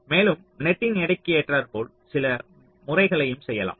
மேலும் நெட்டின் எடைக்கு ஏற்றார்போல் சில முறைகளையும் செய்யலாம்